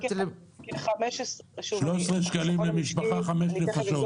13 שקלים למשפחה של חמש נפשות לחודש.